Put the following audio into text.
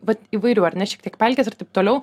vat įvairių ar ne šiek tiek pelkės ir taip toliau